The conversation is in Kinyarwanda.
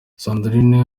sandrine